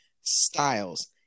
Styles